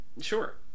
sure